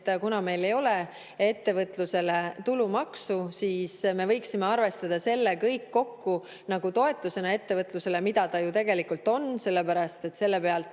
et kuna meil ei ole ettevõtlusele tulumaksu, siis me võiksime arvestada selle kõik kokku nagu toetusena ettevõtlusele, mida ta ju tegelikult on, sellepärast et selle pealt